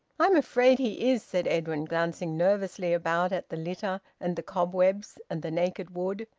i'm afraid he is, said edwin, glancing nervously about at the litter, and the cobwebs, and the naked wood,